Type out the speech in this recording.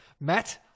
Matt